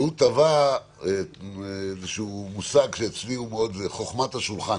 והוא טבע מושג - "חוכמת השולחן".